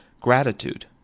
gratitude